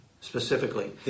specifically